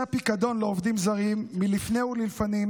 הפיקדון לעובדים זרים מלפני ולפנים,